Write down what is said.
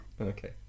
Okay